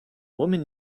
woman